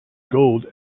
gold